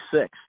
six